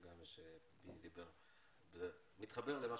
אמרו, שיש